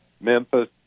Memphis